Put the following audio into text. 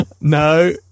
No